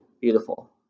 beautiful